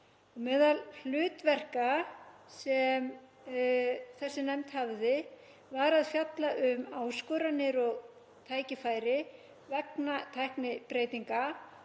Meðal hlutverka sem þessi nefnd hafði var að fjalla um áskoranir og tækifæri vegna tæknibreytinga,